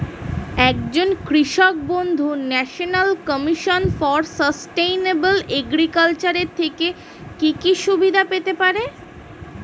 একজন কৃষক বন্ধু national commission for sustainable agriculture এর থেকে কি কি সুবিধা পেতে পারে?